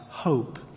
hope